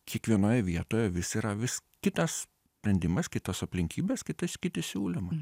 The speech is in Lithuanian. kiekvienoje vietoje vis yra vis kitas sprendimas kitos aplinkybės kitos kiti siūlymai